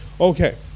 Okay